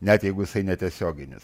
net jeigu jisai netiesioginis